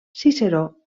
ciceró